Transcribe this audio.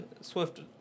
swift